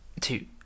Two